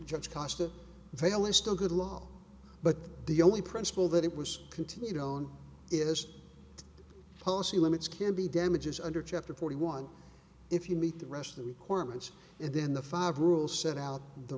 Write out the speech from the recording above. judge cost of jail is still good law but the only principle that it was continued on is policy limits can be damages under chapter forty one if you meet the rest of the requirements and then the five rules set out the